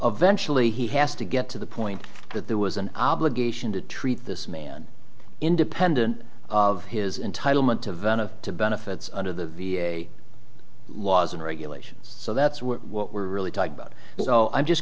eventually he has to get to the point that there was an obligation to treat this man independent of his in title meant to vent of benefits under the laws and regulations so that's what we're really talking about so i'm just